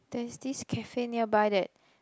there's this cafe nearby that